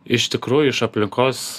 iš tikrųjų iš aplinkos